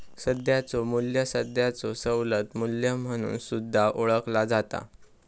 सध्याचो मू्ल्य सध्याचो सवलत मू्ल्य म्हणून सुद्धा ओळखला जाता